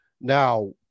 Now